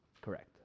Correct